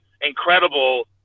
incredible